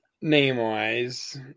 Name-wise